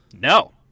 No